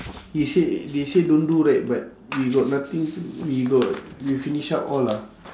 it say they say don't do right but we got nothing we got we finish up all lah